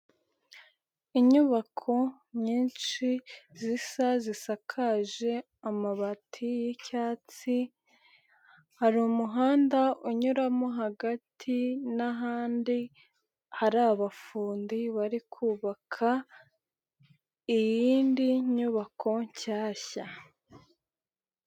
Inyubako nyinshi zisa zisakaje amabati y'icyatsi, hari umuhanda unyuramo hagati n'ahandi hari abafundi bari kubaka iyindi nyubako nshyashya.